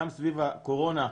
גם סביב הקורונה,